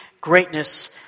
greatness